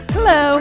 Hello